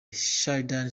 sheridan